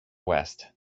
west